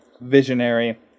Visionary